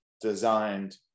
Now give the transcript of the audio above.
designed